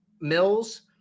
Mills